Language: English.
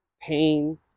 pain